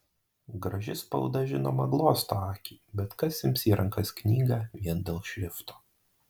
graži spauda žinoma glosto akį bet kas ims į rankas knygą vien dėl šrifto